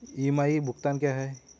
EMI भुगतान क्या है?